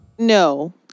No